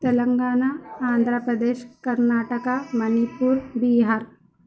Telangana Andhra Pradesh Karnataka Manipur Bihar